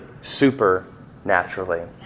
supernaturally